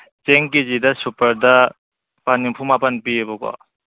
ꯆꯦꯡ ꯀꯦ ꯖꯤꯗ ꯁꯨꯄꯔꯗ ꯂꯨꯄꯥ ꯅꯤꯐꯨ ꯃꯥꯄꯟ ꯄꯤꯌꯦꯕꯀꯣ